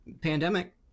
pandemic